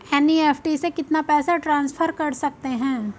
NEFT से कितना पैसा ट्रांसफर कर सकते हैं?